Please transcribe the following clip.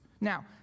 Now